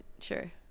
sure